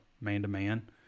man-to-man